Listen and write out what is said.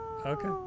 okay